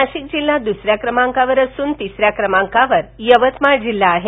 नाशिक जिल्हा दुसऱ्या क्रमांकावर असून तिसऱ्या क्रमांकावर यवतमाळ जिल्हा आहे